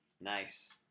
Nice